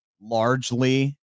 largely